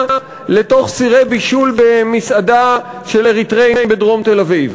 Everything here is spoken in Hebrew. לתוך סירי בישול במסעדה של אריתריאים בדרום תל-אביב,